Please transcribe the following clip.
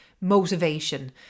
motivation